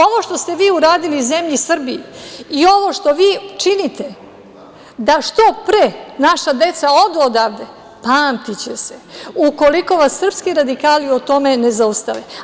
Ovo što ste vi uradili zemlji Srbiji i ovo što vi činite da što pre naša deca odu odavde pamtiće se ukoliko vas srpski radikali u tome ne zaustave.